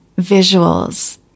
visuals